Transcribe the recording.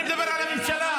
אני מדבר על הממשלה.